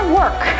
work